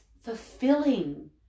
fulfilling